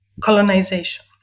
colonization